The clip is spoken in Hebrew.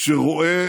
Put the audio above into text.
שרואה